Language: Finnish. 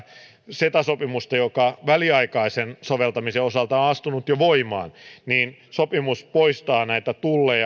sopimusta joka väliaikaisen soveltamisen osalta on astunut jo voimaan niin sopimus poistaa näitä